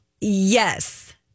Yes